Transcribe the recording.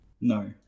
no